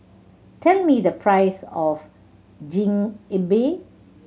tell me the price of Chigenabe